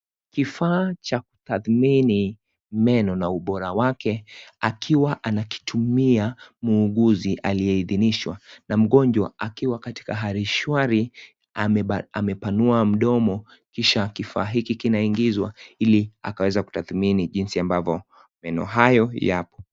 Kifaa cha kutathmini meno na ubora wake, akiwa anakitumia muuguzi aliyehidinishwa na mgonjwa akiwa katika hali shwari amepanua mdomo kisha kifaa hiki kinaingizwa ili akaweza kutathmini jinsi ambavyo meno hayo yako.